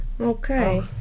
Okay